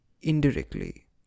indirectly